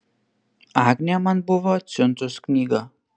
agnė man buvo atsiuntus knygą